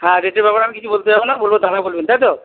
হ্যাঁ রেটের ব্যাপারে আমি কিছু বলতে যাব না বলব দাদা বলবেন তাই তো